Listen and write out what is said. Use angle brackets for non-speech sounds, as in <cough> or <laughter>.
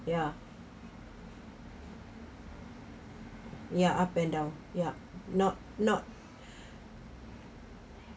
ya ya up and down ya not not <breath>